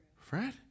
Fred